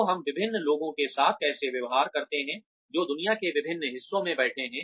तो हम विभिन्न लोगों के साथ कैसे व्यवहार करते हैं जो दुनिया के विभिन्न हिस्सों में बैठे हैं